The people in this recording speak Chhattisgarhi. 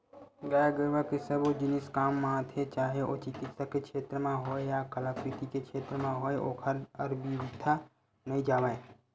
गाय गरुवा के सबो जिनिस काम म आथे चाहे ओ चिकित्सा के छेत्र म होय या कलाकृति के क्षेत्र म होय ओहर अबिरथा नइ जावय